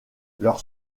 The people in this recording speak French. leur